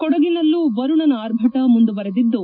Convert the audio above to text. ಕೊಡಗಿನಲ್ಲೂ ವರುಣನ ಆರ್ಭಟ ಮುಂದುವರೆದಿದ್ದು